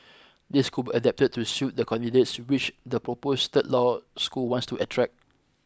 these could be adapted to suit the candidates which the proposed third law school wants to attract